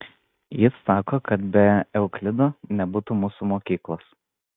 jis sako kad be euklido nebūtų mūsų mokyklos